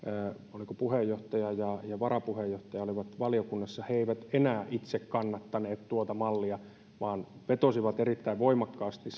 oliko puheenjohtaja ja ja varapuheenjohtaja olivat valiokunnassa he eivät enää itse kannattaneet tuota mallia vaan vetosivat erittäin voimakkaasti